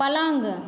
पलङ्ग